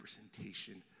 representation